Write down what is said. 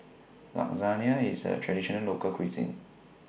Lasagna IS A Traditional Local Cuisine